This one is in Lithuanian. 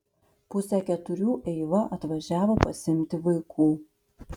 pusę keturių eiva atvažiavo pasiimti vaikų